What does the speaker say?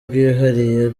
bwihariye